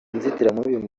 inzitiramibu